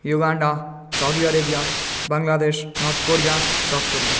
Uganda Saudi Arabia Bangladesh North Korea South Korea